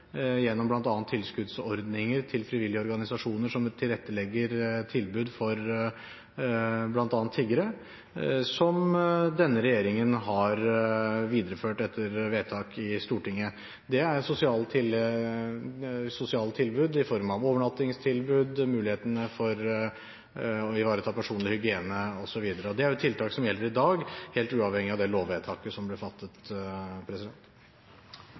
gjennom bl.a. tilskuddsordninger til frivillige organisasjoner som tilrettelegger tilbud for bl.a. tiggere, som denne regjeringen har videreført etter vedtak i Stortinget. Det er sosiale tilbud i form av overnattingstilbud, muligheter for å ivareta personlig hygiene og så videre, og det er jo tiltak som gjelder i dag, helt uavhengig av det lovvedtaket som ble fattet.